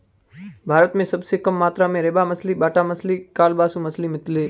भारत में सबसे कम मात्रा में रेबा मछली, बाटा मछली, कालबासु मछली मिलती है